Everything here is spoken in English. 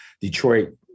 Detroit